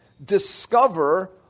Discover